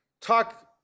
talk